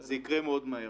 זה יקרה מאוד מהר.